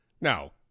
Now